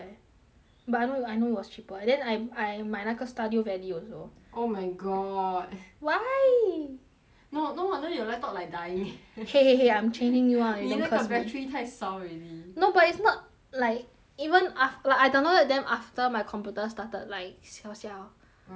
but I know I know it was cheaper and I I 买那个 stardew valley also oh my god why no no wonder your laptop like dying !hey! !hey! !hey! I'm changing new [one] eh don't curse me 你那个 battery 太烧 already no but it's not like even af~ like I downloaded them after my computer started like siao siao mm so